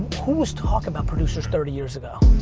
who was talking about producers thirty years ago?